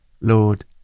Lord